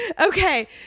okay